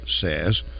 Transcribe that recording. says